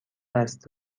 است